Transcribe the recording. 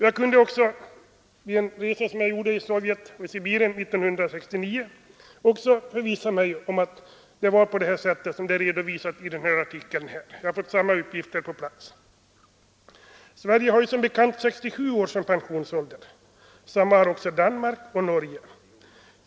Jag kunde också under en resa som jag gjorde i Sovjet — bl.a. i Sibirien — 1969 förvissa mig om att det verkligen var på det sättet som det redovisas i artikeln. Jag fick samma uppgifter på plats. Sverige har som bekant 67 år som pensionsålder, och samma ålder har Danmark och Norge.